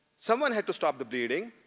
someone had to stop the bleeding